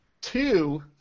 Two